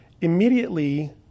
Immediately